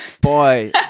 boy